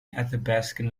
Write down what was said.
athabaskan